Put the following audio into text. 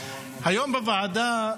היום בוועדה,